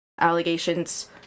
allegations